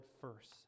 first